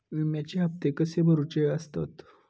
विम्याचे हप्ते कसे भरुचे असतत?